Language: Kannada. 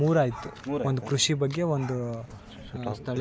ಮೂರಾಯ್ತು ಒಂದು ಕೃಷಿ ಬಗ್ಗೆ ಒಂದು